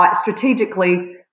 strategically